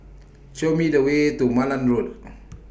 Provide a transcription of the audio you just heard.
Show Me The Way to Malan Road